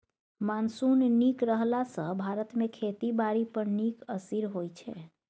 monsoon नीक रहला सँ भारत मे खेती बारी पर नीक असिर होइ छै